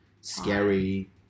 scary